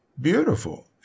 beautiful